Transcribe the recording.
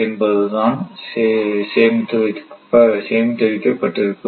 என்பது தான் சேமித்து வைக்கப்பட்டிருக்கும்